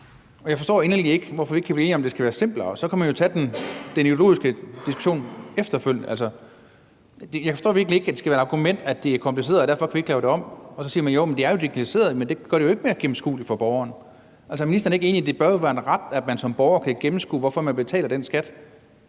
Jeg forstår virkelig ikke, hvorfor vi ikke kan blive enige om, at det skal være simplere, og så kan man jo tage den ideologiske diskussion efterfølgende. Jeg forstår virkelig ikke, at det skal være et argument, at det er kompliceret, og at vi derfor ikke kan lave det om. Så siger man, at det er digitaliseret, men det gør det jo ikke mere gennemskueligt for borgeren. Er ministeren ikke enig i, at det bør være en ret, at man som borger kan gennemskue, hvorfor man betaler den skat,